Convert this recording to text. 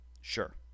Sure